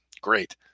great